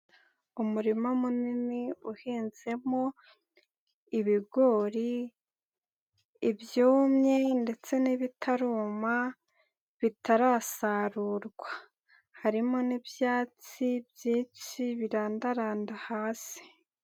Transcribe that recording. Umurima munini uhinzemo ibigori ibyumye ndetse n'ibitaruma bitarasarurwa, harimo n'ibyatsi byinshi birandaranda hasi.